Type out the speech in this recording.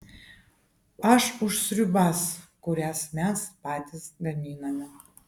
aš už sriubas kurias mes patys gaminame